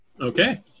Okay